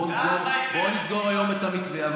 בואו נסגור היום את המתווה.